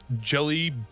jelly